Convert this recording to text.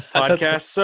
podcast